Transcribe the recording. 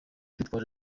yitwaje